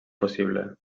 possible